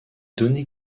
données